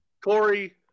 Corey